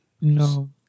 No